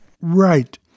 Right